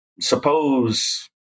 suppose